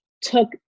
took